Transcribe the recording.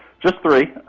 just three.